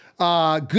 Good